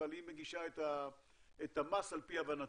אבל היא מגישה את המס על פי הבנתה,